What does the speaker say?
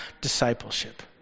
discipleship